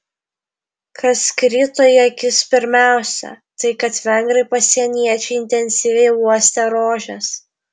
kas krito į akis pirmiausia tai kad vengrai pasieniečiai intensyviai uostė rožes